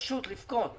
פשוט לבכות.